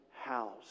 house